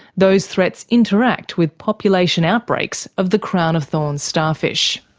those threats interact with population outbreaks of the crown-of-thorns starfish.